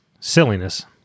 Silliness